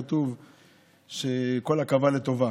כתוב שכל עכבה לטובה,